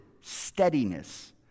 steadiness